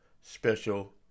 special